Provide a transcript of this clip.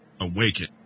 awaken